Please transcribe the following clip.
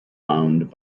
owned